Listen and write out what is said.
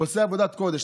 עושה עבודת קודש.